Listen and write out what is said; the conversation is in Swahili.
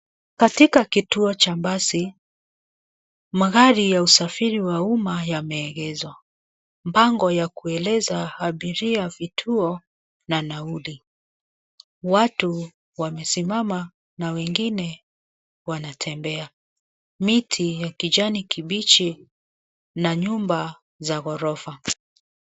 Katika kituo cha basi, magari ya usafiri wa umma yameegeshwa. Bango ya kueleza abiria vituo na nauli. Watu wamesimama na wengine wanatembea. Miti ya kijani kibichi na nyumba za ghorofa.